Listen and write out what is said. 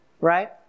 right